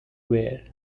wear